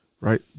Right